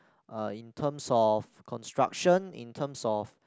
uh in terms of construction in terms of